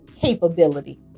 capability